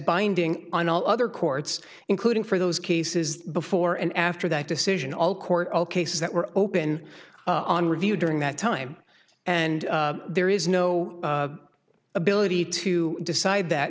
binding on all other courts including for those cases before and after that decision all court cases that were open on review during that time and there is no ability to decide that